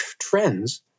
trends